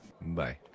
Bye